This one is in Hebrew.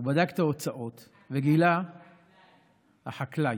הוא בדק את ההוצאות וגילה, חקלַאי.